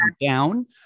down